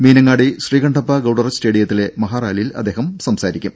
മീനങ്ങാടി ശ്രീകണ്ഠപ്പ ഗൌഡർ സ്റ്റേഡിയത്തിലെ മഹാറാലിയിൽ അദ്ദേഹം സംസാരിക്കും